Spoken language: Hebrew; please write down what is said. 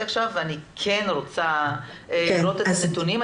קשב רב ואני כן רוצה לראות את הנתונים,